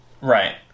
Right